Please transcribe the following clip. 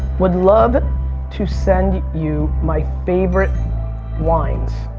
would love to send you my favorite wines,